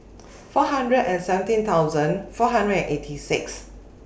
four hundred and seventeen thousand four hundred eighty six